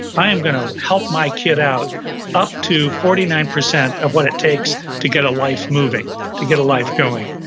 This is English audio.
i am gonna help my kid out up to forty nine percent of what it takes to get a life moving, to get a life going.